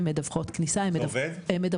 הן מדווחות כניסה ויציאה.